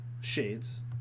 Shades